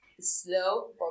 slow